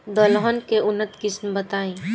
दलहन के उन्नत किस्म बताई?